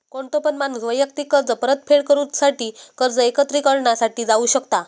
कोणतो पण माणूस वैयक्तिक कर्ज परतफेड करूसाठी कर्ज एकत्रिकरणा साठी जाऊ शकता